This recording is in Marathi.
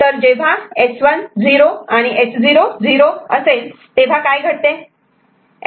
तर जेव्हा S1 0 आणि S0 0 असे ल तेव्हा काय घडते